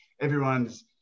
everyone's